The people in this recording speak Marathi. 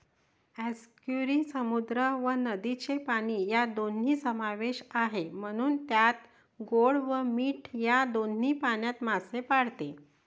आस्कियुरी समुद्र व नदीचे पाणी या दोन्ही समावेश आहे, म्हणून त्यात गोड व मीठ या दोन्ही पाण्यात मासे पाळते